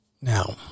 Now